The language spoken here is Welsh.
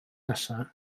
nesaf